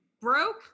Broke